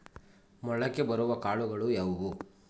ಮೊಳಕೆ ಬರುವ ಕಾಳುಗಳು ಯಾವುವು?